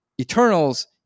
Eternals